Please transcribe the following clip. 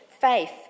faith